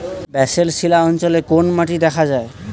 Basalt শিলা অঞ্চলে কোন মাটি দেখা যায়?